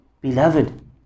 beloved